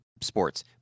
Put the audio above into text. sports